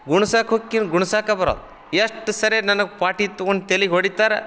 ಗುಣ್ಸಕ್ಕೆ ಹೋಕ್ಕಿನಿ ಗುಣ್ಸಾಕ ಬರವಲ್ದು ಎಷ್ಟು ಸರ್ತಿ ನನಗೆ ಪಾಟಿ ತೊಗೊಂಡು ತೆಲಿಗೆ ಹೊಡಿತಾರೆ